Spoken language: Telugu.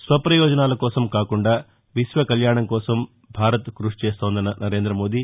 స్వప్రయోజనాల కోసం కాకుండా విశ్వ కళ్యాణం కోసం భారత్ కృషిచేస్తోందన్న నరేంద్ర మోదీ